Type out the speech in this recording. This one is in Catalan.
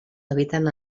habiten